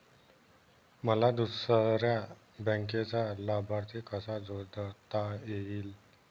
मला दुसऱ्या बँकेचा लाभार्थी कसा जोडता येईल?